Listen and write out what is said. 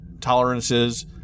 tolerances